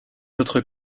autre